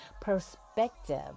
perspective